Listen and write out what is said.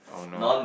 oh no